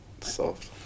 Soft